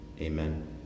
Amen